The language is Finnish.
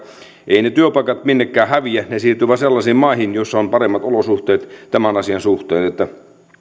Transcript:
eivät ne työpaikat minnekään häviä ne vain siirtyvät sellaisiin maihin joissa on paremmat olosuhteet tämän asian suhteen